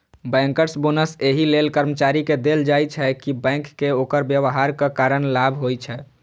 bankers bonus एहि लेल कर्मचारी कें देल जाइ छै, कि बैंक कें ओकर व्यवहारक कारण लाभ होइ छै